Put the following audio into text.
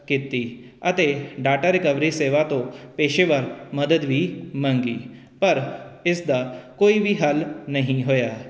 ਕੀਤੀ ਅਤੇ data recovery ਸੇਵਾ ਤੋਂ ਪੇਸ਼ੇਵਰ ਮਦਦ ਵੀ ਮੰਗੀ ਪਰ ਇਸ ਦਾ ਕੋਈ ਵੀ ਹੱਲ ਨਹੀਂ ਹੋਇਆ